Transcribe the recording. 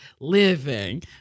living